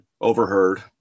overheard